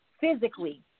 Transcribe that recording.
physically